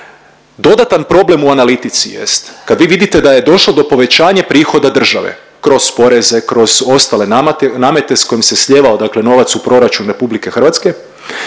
Dodatan problem u analitici jest kad vi vidite da je došlo do povećanja prihoda države kroz poreze, kroz ostale namete s kojim se slijevao novac u proračun RH zapravo